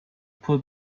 pull